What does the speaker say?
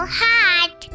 hot